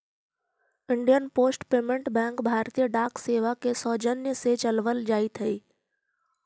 Indian post payment bank भारतीय डाक सेवा के सौजन्य से चलावल जाइत हइ